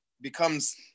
becomes